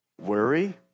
Worry